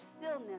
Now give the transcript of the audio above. stillness